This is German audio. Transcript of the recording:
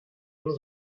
nur